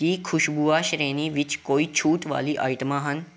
ਕੀ ਖ਼ੁਸ਼ਬੂਆਂ ਸ਼੍ਰੇਣੀ ਵਿੱਚ ਕੋਈ ਛੂਟ ਵਾਲੀ ਆਈਟਮਾਂ ਹਨ